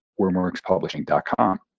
wormworkspublishing.com